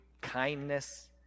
kindness